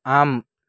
आम्